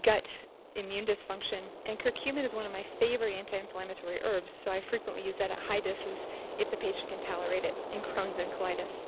gut immune dysfunction and curcumin is one of my favorite anti-inflammatory herb, so i frequently use that at high doses if the patient can tolerate it, in crohn's and colitis.